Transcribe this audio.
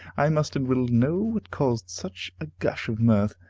i must and will know what caused such a gush of mirth.